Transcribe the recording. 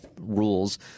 rules